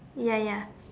ya ya